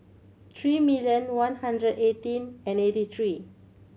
three million one hundred eighteen and eighty three